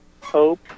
hope